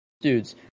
dude's